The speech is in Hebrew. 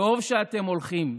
טוב שאתם הולכים.